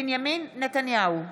בנימין נתניהו,